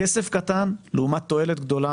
כסף קטן לעומת תועלת גדולה.